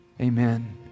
Amen